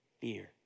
fear